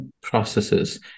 processes